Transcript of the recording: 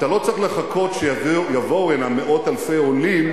אתה לא צריך לחכות שיבואו הנה מאות אלפי עולים,